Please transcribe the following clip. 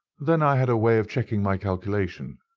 then i had a way of checking my calculation.